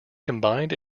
combined